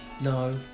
no